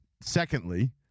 secondly